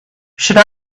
should